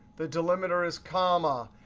the delimiter is comma.